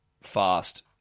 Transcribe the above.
fast